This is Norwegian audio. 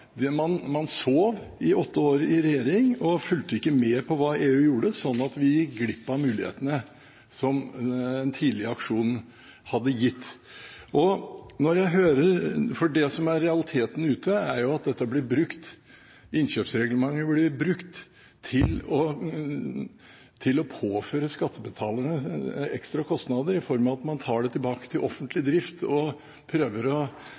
sa: Man sov i åtte år i regjering og fulgte ikke med på hva EU gjorde, slik at vi gikk glipp av mulighetene som en tidlig aksjon hadde gitt. Det som er realiteten ute, er jo at dette blir brukt – innkjøpsreglementet blir brukt til å påføre skattebetalerne ekstra kostnader i form av at man tar det tilbake til offentlig drift og prøver å